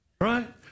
Right